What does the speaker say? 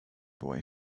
boy